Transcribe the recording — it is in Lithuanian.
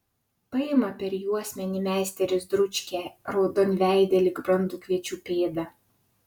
paima per juosmenį meisteris dručkę raudonveidę lyg brandų kviečių pėdą